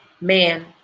man